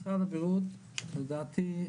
משרד הבריאות לדעתי,